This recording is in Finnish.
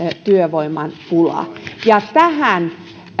työvoiman pula ja tähän